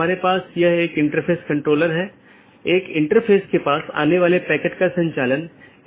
अगर जानकारी में कोई परिवर्तन होता है या रीचचबिलिटी की जानकारी को अपडेट करते हैं तो अपडेट संदेश में साथियों के बीच इसका आदान प्रदान होता है